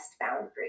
boundaries